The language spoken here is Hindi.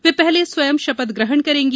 वे पहले स्वयं शपथ ग्रहण करेंगी